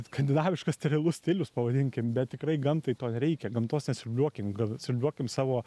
skandinaviškas sterilus stilius pavadinkim bet tikrai gamtai to nereikia gamtos nesiurbliuokim siurbliuokim savo